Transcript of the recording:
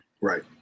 Right